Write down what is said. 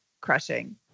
crushing